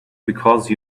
because